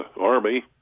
army